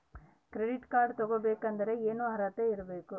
Credit card ತೊಗೋ ಬೇಕಾದರೆ ಏನು ಅರ್ಹತೆ ಇರಬೇಕ್ರಿ?